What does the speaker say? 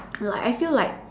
like I feel like